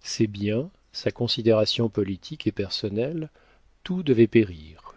ses biens sa considération politique et personnelle tout devait périr